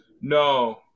No